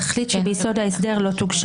לסדר.